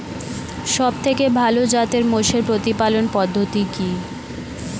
সবথেকে ভালো জাতের মোষের প্রতিপালন পদ্ধতি কি?